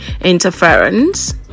interference